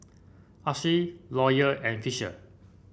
Alys Lawyer and Fisher